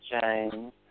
James